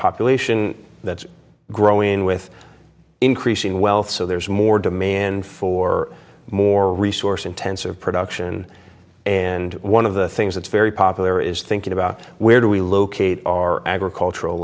population that's growing with increasing wealth so there's more demand for more resource intensive production and one of the things that's very popular is thinking about where do we locate our agricultural